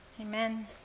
Amen